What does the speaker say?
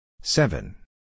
Seven